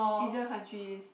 Asia countries